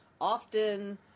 often